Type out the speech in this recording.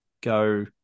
go